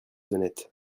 honnête